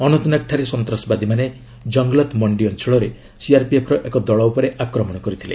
ଅନନ୍ତନାଗଠାରେ ସନ୍ତାସବାଦୀମାନେ ଜଙ୍ଗଲତ୍ ମଣ୍ଡି ଅଞ୍ଚଳରେ ସିଆର୍ପିଏଫ୍ର ଏକ ଦଳ ଉପରେ ଆକ୍ମଣ କରିଥିଲେ